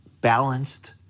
balanced